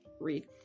read